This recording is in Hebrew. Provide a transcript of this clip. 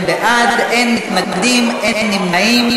אין נמנעים.